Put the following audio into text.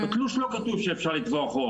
בתלוש לא כתוב שאפשר לתבוע חוב.